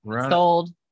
sold